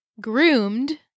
Groomed